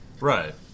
Right